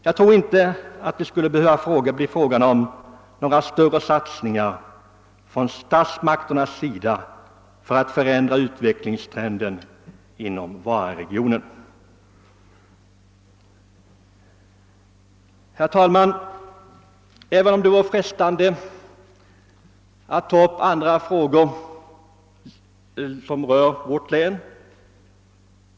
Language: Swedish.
Jag tror inte att det skulle behövas några större satsningar från statsmakternas sida för att ändra utvecklingstrenden inom Vararegionen. Det vore frestande att också ta upp några andra frågor som rör vårt län.